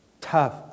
tough